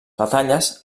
batalles